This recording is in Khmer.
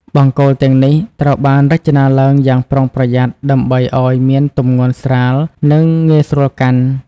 បង្គោលទាំងនេះត្រូវបានរចនាឡើងយ៉ាងប្រុងប្រយ័ត្នដើម្បីឱ្យមានទម្ងន់ស្រាលនិងងាយស្រួលកាន់។